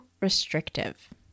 restrictive